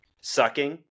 sucking